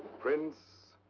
prince.